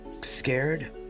scared